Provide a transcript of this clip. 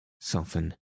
soften